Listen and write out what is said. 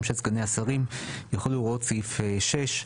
של סגני השרים יחולו הוראות סעיף 6."